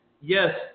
yes